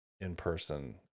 in-person